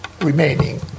remaining